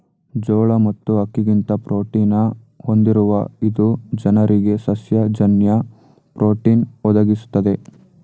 ಜೋಳ ಮತ್ತು ಅಕ್ಕಿಗಿಂತ ಪ್ರೋಟೀನ ಹೊಂದಿರುವ ಇದು ಜನರಿಗೆ ಸಸ್ಯ ಜನ್ಯ ಪ್ರೋಟೀನ್ ಒದಗಿಸ್ತದೆ